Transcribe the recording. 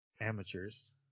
Amateurs